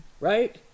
Right